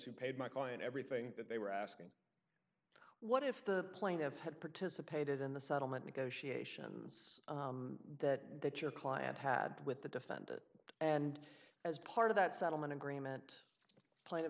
who paid my client everything that they were asking what if the plaintiff had participated in the settlement negotiations that that your client had with the defendant and as part of that settlement agreement pla